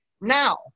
now